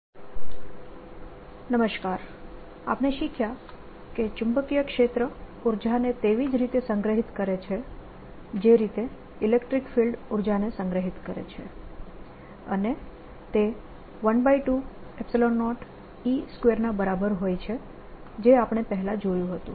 ચુંબકીય ક્ષેત્રમાં સંગ્રહિત ઉર્જા I આપણે શીખ્યા કે ચુંબકીય ક્ષેત્ર ઉર્જાને તેવી જ રીતે સંગ્રહિત કરે છે જે રીતે ઇલેક્ટ્રીક ફિલ્ડ ઉર્જાને સંગ્રહિત કરે છે અને તે 120E2 ના બરાબર હોય છે જે આપણે પહેલા જોયું હતું